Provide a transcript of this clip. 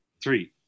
three